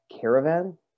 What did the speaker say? Caravan